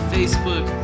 Facebook